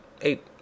Eight